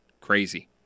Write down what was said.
Crazy